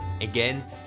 Again